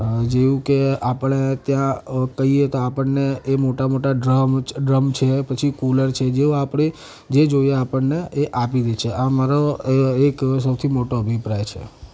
જેવું કે આપણે ત્યાં કહીએ તો આપણને એ મોટા મોટા ડ્રમ ડ્રમ છે પછી કુલર છે જેવાં આપણે જે જોઈએ આપણને એ આપી દે છે આ મારો એક એવો સૌથી મોટો અભિપ્રાય છે